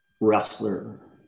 wrestler